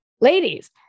ladies